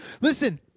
Listen